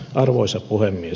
arvoisa puhemies